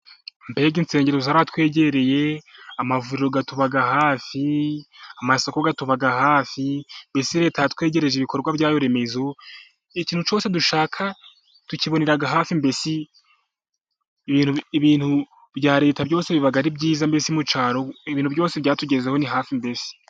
Mbega insengero zaratwegereye, amavuriro atuba hafi amasoko atuba hafi mbese Leta yatwegereje ibikorwa byayo remezo, ikintu cyose dushaka tukibonera hafi mbese, ibintu bya Leta biba ari byiza mbese ibintu byose byatugezeho ni hafi mbese.